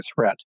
threat